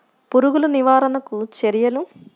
పురుగులు నివారణకు చర్యలు?